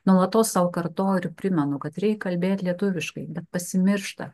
nuolatos sau kartoju ir primenu kad reik kalbėt lietuviškai bet pasimiršta